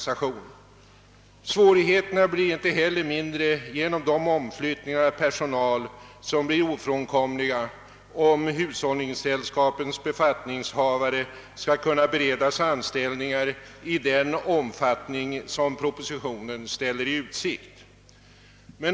Svårigheterna blir inte heller mindre genom de omflyttningar av personal som blir ofrånkomliga, om hushållningssällskapens befattningshavare skall kunna beredas anställningar i den omfattning som propositionen ställer i utsikt.